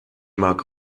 mag